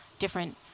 different